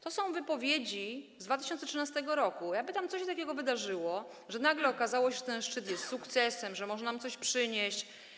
To są wypowiedzi z 2013 r., a ja się pytam, co się takiego wydarzyło, że nagle okazało się, że ten szczyt jest sukcesem, że może nam coś przynieść.